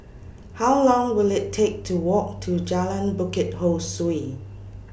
How Long Will IT Take to Walk to Jalan Bukit Ho Swee